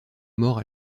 mort